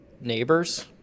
neighbors